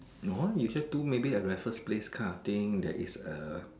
no ah you just do a maybe a breakfast place kind of thing that is uh